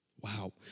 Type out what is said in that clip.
Wow